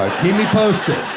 ah keep me posted.